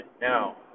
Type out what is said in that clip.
Now